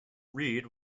reed